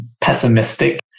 pessimistic